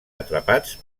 atrapats